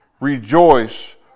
rejoice